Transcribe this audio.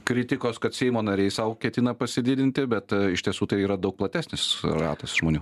kritikos kad seimo nariai sau ketina pasididinti bet iš tiesų tai yra daug platesnis ratas žmonių